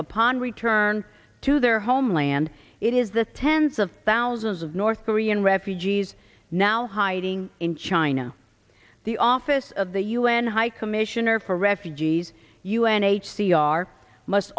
upon return to their homeland it is the tens of thousands of north korean refugees now hiding in china the office of the un high commissioner for refugees u n h c r must